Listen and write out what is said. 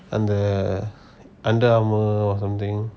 and the and the under armour or something